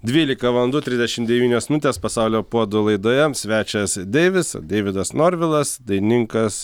dvylika valandų trisdešim devynios minutės pasaulio puodų laidoje svečias deivis deividas norvilas dainininkas